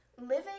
living